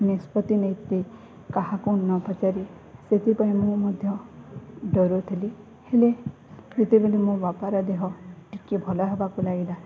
ନିଷ୍ପତ୍ତି ନେଇଥିଲି କାହାକୁ ନ ପଚାରି ସେଥିପାଇଁ ମୁଁ ମଧ୍ୟ ଡରୁଥିଲି ହେଲେ ଯେତେବେଲେ ମୋ ବାପାର ଦେହ ଟିକେ ଭଲ ହେବାକୁ ଲାଗିଲା